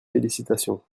félicitations